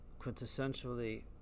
quintessentially